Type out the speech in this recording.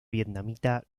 vietnamita